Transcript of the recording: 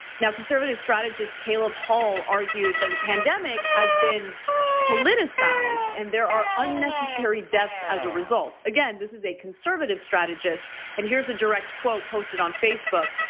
now conservative strategist caleb hall argued that the pandemic has been politicized and there are unnecessary deaths as a result. again, this is a conservative strategist and here's a direct quote posted on facebook.